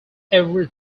every